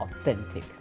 authentic